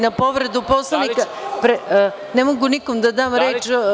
Na povredu Poslovnika ne mogu nikome da dam reč.